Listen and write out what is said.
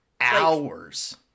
Hours